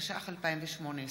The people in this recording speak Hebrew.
התשע"ח 2018,